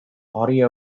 audio